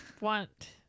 want